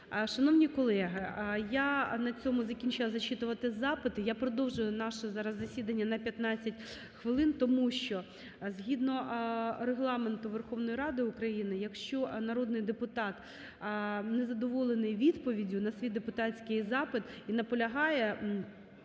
Шановні колеги! Я на цьому закінчила зачитувати запити. Я продовжую наше зараз засідання на 15 хвилин, тому що згідно Регламенту Верховної Ради України, якщо народний депутат не задоволений відповіддю на свій депутатський запит і наполягає,